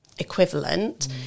Equivalent